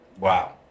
wow